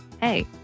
hey